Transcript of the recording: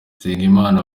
nsengimana